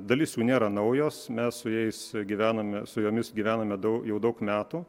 dalis jų nėra naujos mes su jais gyvename su jomis gyvename dau jau daug metų